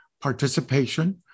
participation